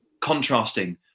contrasting